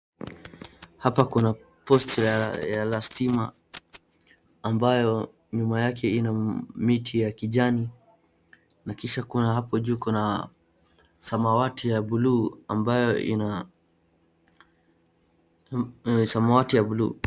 Hapa kuna posti la stima ambayo nyuma yake ina miti ya kijani na kisha kuna hapo juu kuna, samawati ya buluu ambayo ina samawati ya buluu.